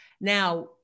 Now